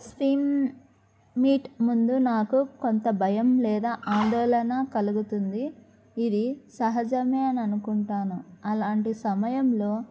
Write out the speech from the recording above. swim meet ముందు నాకు కొంత భయం లేదా ఆందోళన కలుగుతుంది ఇవి సహజమే అని అనుకుంటాను అలాంటి సమయంలో